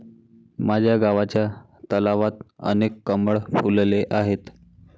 माझ्या गावच्या तलावात अनेक कमळ फुलले आहेत